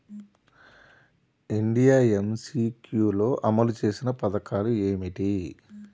India MCQ లో అమలు చేసిన పథకాలు ఏమిటి?